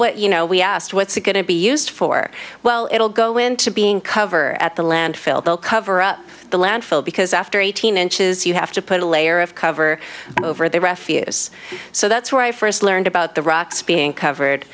what you know we asked what's it going to be used for well it'll go into being cover at the landfill they'll cover up the landfill because after eighteen inches you have to put a layer of cover over the refuse so that's where i first learned about the rocks being covered